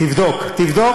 תבדוק.